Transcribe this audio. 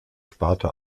sparte